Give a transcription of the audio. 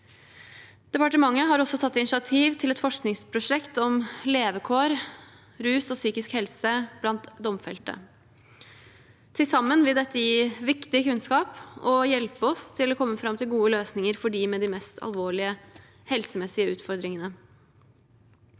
Departementet har også tatt initiativ til et forskningsprosjekt om levekår, rus og psykisk helse blant domfelte. Til sammen vil dette gi viktig kunnskap og hjelpe oss til å komme fram til gode løsninger for dem med de mest alvorlige helsemessige utfordringene.